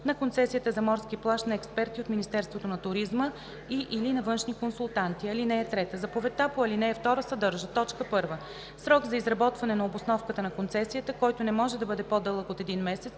на концесията за морски плаж на експерти от Министерството на туризма и/или на външни консултанти. (3) Заповедта по ал. 2 съдържа: 1. срок за изработване на обосновката на концесията, който не може да бъде по-дълъг от един месец;